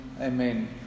Amen